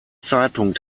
zeitpunkt